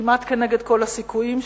כמעט כנגד כל הסיכויים,